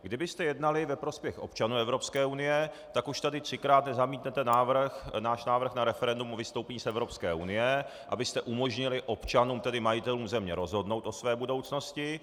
Kdybyste jednali ve prospěch občanů Evropské unie, tak už tady třikrát nezamítnete náš návrh na referendum o vystoupení z Evropské unie, abyste umožnili občanům, tedy majitelům země, rozhodnout o své budoucnosti.